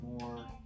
more